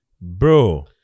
Bro